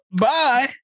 bye